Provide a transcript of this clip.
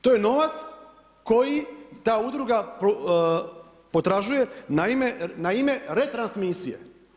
To je novac koji ta udruga potražuje na ime retransmisije.